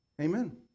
Amen